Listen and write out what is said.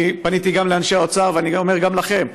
אני פניתי גם לאנשי האוצר ואני אומר גם לכם: